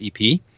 EP